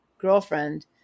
girlfriend